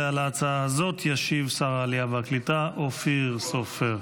על ההצעה הזאת ישיב שר העלייה והקליטה אופיר סופר.